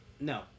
No